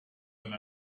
and